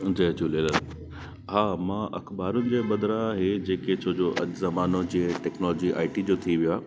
जय झूलेलाल हा मां अख़बारुनि जे बदिरां इहे जेके छो जो अॼु ज़मानो जे टैक्नोलॉजी आईटी जो थी वियो आहे